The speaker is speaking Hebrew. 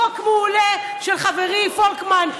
חוק מעולה של חברי פולקמן,